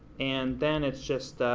and then it's just